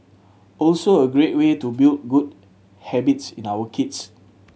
also a great way to build good habits in our kids